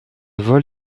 vol